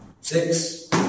six